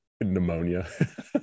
Pneumonia